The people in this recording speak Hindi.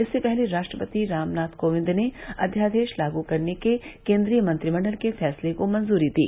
इससे पहले राष्ट्रपति रामनाथ कोविंद ने अध्यादेश लागू करने के केंद्रीय मंत्रिमंडल के फैसले को मंजूरी दी